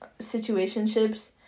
situationships